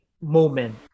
moment